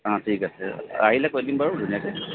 অ ঠিক আছে আহিলে কৈ দিম বাৰু ধুনীয়াকৈ